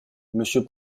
monsieur